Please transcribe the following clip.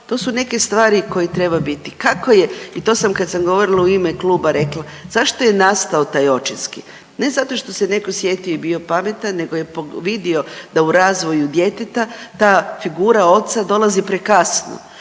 to su neke stvari koje treba biti. Kako je i to sam kad sam govorila u ime kluba rekla, zašto je nastao taj očinski? Ne zato što se netko sjetio i bio pametan nego je vidio da u razvoju djeteta ta figura oca dolazi prekasno.